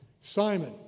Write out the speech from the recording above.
Simon